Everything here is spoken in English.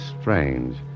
strange